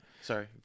Sorry